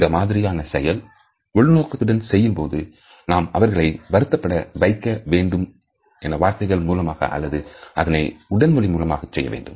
இந்த மாதிரியான செயல் உள்நோக்கத்துடன் செய்யும்போது நாம் அவர்களை வருத்தப்பட வைக்க வேண்டும் வார்த்தைகள் மூலமாக அல்ல அதனை உடல்மொழி மூலம் செய்ய வேண்டும்